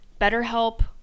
BetterHelp